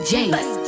James